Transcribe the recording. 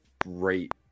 great